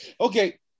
Okay